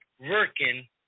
working